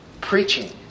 Preaching